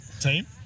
team